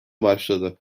başladı